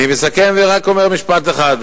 אני מסכם ורק אומר משפט אחד.